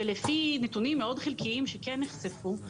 שלפי נתונים חלקיים מאוד שכן נחשפו,